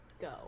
go